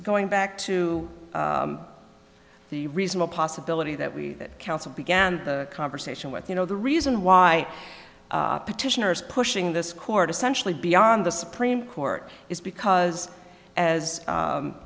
going back to the reasonable possibility that we that counsel began the conversation with you know the reason why petitioners pushing this court essentially beyond the supreme court is because as